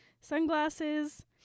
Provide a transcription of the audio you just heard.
sunglasses